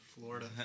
Florida